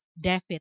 David